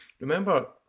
remember